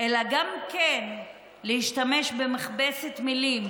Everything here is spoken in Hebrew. אלא גם להשתמש במכבסת מילים